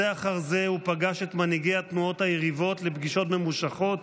בזה אחר זה הוא פגש את מנהיגי התנועות היריבות לפגישות ממושכות